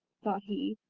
thought he,